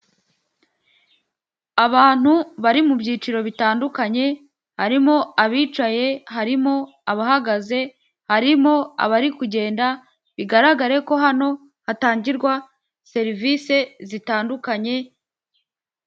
Abantu bari mu byiciro bitandukanye harimo abicaye, harimo abahagaze, harimo abari kugenda, bigaragare ko hano hatangirwa serivisi zitandukanye.